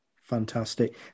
Fantastic